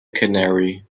canary